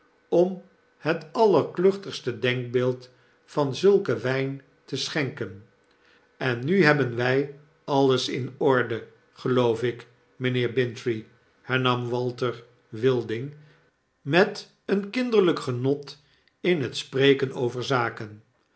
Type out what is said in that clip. om het allerkluchtigste denkbeeld van zulken wijn te schenken en nu hebben wy alles in orde geloof ik mynheer bintrey hernam walter wilding met ren kinderlijk genot in het spreken over zaken